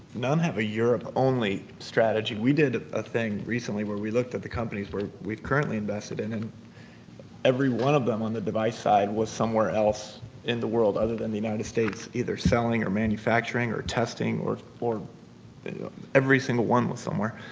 none have a europe only strategy. we did a thing recently where we looked at the companies we currently invested in and every one of them on the device side was somewhere else in the world other than the united states either selling, or manufacturing, or testing, or or every single one was somewhere.